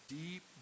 deep